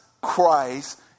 christ